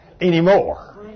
anymore